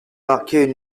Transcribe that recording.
marquait